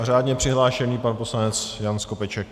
Řádně přihlášený pan poslanec Jan Skopeček.